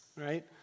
right